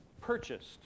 purchased